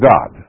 God